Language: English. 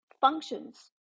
functions